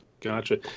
gotcha